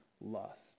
lust